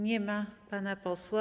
Nie ma pana posła.